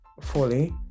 fully